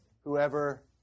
Whoever